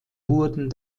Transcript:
wurden